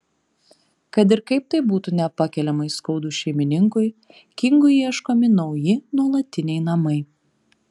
kad ir kaip tai būtų nepakeliamai skaudu šeimininkui kingui ieškomi nauji nuolatiniai namai